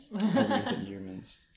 humans